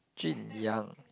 Jun-Yang